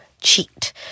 cheat